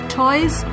toys